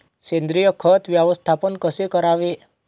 सेंद्रिय खत व्यवस्थापन कसे करावे?